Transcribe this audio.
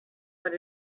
but